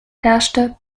herrschte